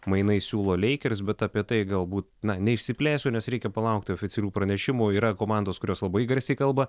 mainais siūlo leikers bet apie tai galbūt na neišsiplėsiu nes reikia palaukti oficialių pranešimų yra komandos kurios labai garsiai kalba